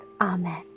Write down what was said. Amen